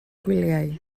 gwyliau